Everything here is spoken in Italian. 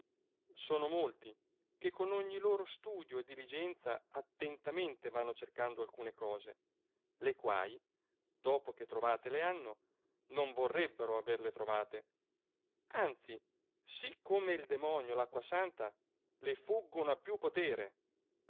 sono molti che con ogni loro studio e diligenza attentamente vanno cercando alcune cose le quai dopo che trovate le hanno non vorrebbero averle trovate anzi sì come il demonio l acqua santa le fuggono a più potere